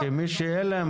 מי שאין לה,